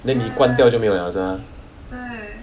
then 你关掉就没有了是吗